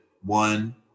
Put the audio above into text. one